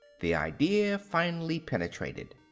the idea finally penetrated.